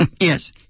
Yes